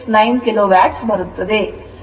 0669 kilowatt ಬರುತ್ತದೆ